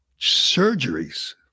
surgeries